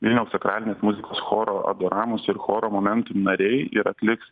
vilniaus sakralinės muzikos choro abiramus ir choro momentum nariai ir atliks